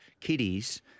kitties –